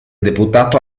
deputato